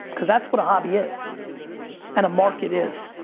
cause that's what a hobby is and a market is,